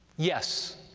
yes,